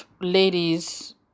ladies